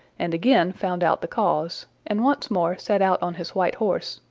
and again found out the cause, and once more set out on his white horse,